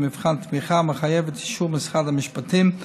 מבחן תמיכה מחייב את אישור משרד המשפטים,